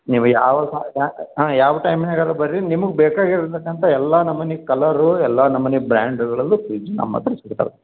ನೀವು ಯಾವ ಹಾಂ ಯಾವ ಟೈಮ್ನ್ಯಾಗಾದ್ರ ಬರ್ರಿ ನಿಮ್ಗ ಬೇಕಾಗಿರ್ತಕ್ಕಂಥ ಎಲ್ಲಾ ನಮೂನಿ ಕಲರು ಎಲ್ಲಾ ನಮೂನಿ ಬ್ರ್ಯಾಂಡ್ಗಳಲ್ಲು ಫ್ರಿಜ್ ನಮ್ಮ ಹತ್ರ ಸಿಗ್ತವೆ